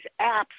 apps